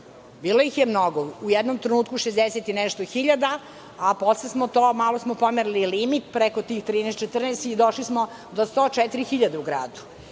Bilo ih je mnogo, u jednom trenutku, 60 i nešto hiljada, a posle smo to malo pomerili liniju, preko tih 13, 14 i došli smo do 104 hiljade u gradu.